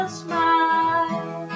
smile